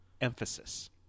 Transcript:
emphasis